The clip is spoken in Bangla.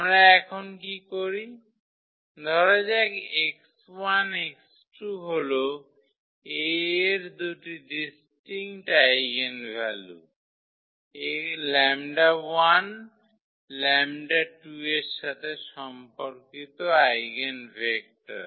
আমরা এখন কি করি ধরা যাক 𝑥1 𝑥2 হল 𝐴 এর দুটি ডিস্টিঙ্কট আইগেনভ্যালু 𝜆1 𝜆2 এর সাথে সম্পর্কিত আইগেনভেক্টর